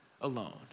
alone